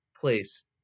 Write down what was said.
place